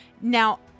Now